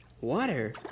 Water